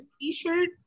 t-shirt